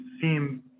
seem